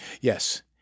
Yes